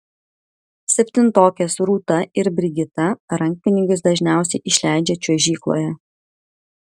septintokės rūta ir brigita rankpinigius dažniausiai išleidžia čiuožykloje